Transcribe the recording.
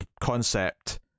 concept